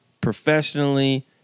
professionally